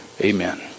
Amen